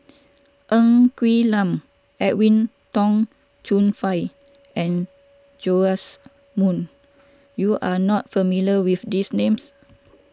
Ng Quee Lam Edwin Tong Chun Fai and Joash Moo you are not familiar with these names